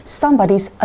somebody's